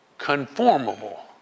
conformable